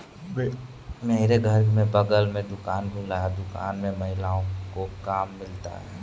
मेरे घर के बगल में दुकान खुला है दुकान में महिलाओं को काम मिलता है